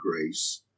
grace